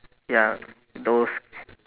ya those